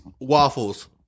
waffles